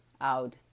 out